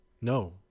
No